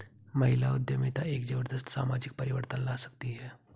महिला उद्यमिता एक जबरदस्त सामाजिक परिवर्तन ला सकती है